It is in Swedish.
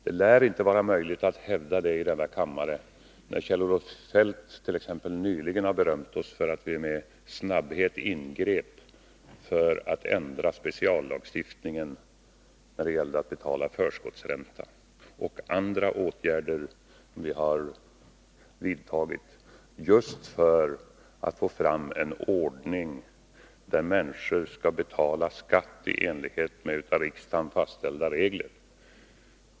Det lär inte vara möjligt att hävda det i denna kammare, när Kjell-Olof Feldt nyss har berömt oss för att vi med snabbhet ingrep för att ändra speciallagstiftningen när det gällde inbetalning av förskottsränta. Vi har också vidtagit andra åtgärder för att få fram en sådan ordning att människor betalar skatt i enlighet med av riksdagen fastställda regler.